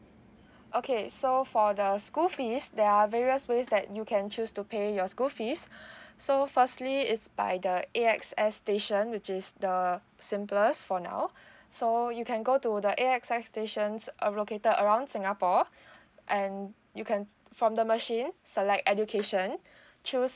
okay so for the school fees there are various ways that you can choose to pay your school fees so firstly it's by the A X S station which is the simplest for now so you can go to the A X S stations located around singapore and you can from the machine select education choose